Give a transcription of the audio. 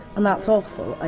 and that's awful. ah